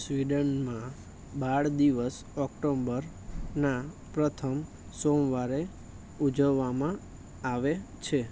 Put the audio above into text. સ્વીડનમાં બાળ દિવસ ઓક્ટોમ્બરના પ્રથમ સોમવારે ઉજવવામાં આવે છે